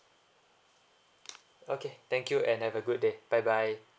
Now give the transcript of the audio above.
okay thank you and have a good day bye bye